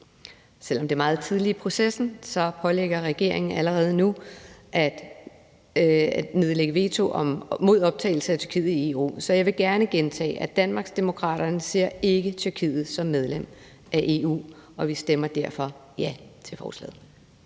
Selv om det er meget tidligt i processen, pålægges regeringen allerede nu at nedlægge veto mod optagelse af Tyrkiet i EU, så jeg vil gerne gentage, at Danmarksdemokraterne ikke ser Tyrkiet som medlem af EU, og vi stemmer derfor ja til forslaget.